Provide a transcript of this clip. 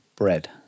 Bread